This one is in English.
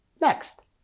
next